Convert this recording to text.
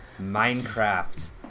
Minecraft